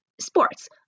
sports